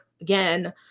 again